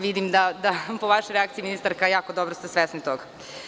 Vidim da po vašoj reakciji ministarka jako ste svesni toga.